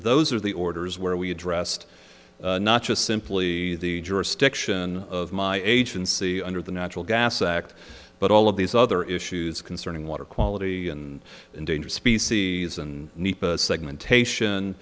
those are the orders where we addressed not just simply the jurisdiction of my agency under the natural gas act but all of these other issues concerning water quality and endangered species and segmentation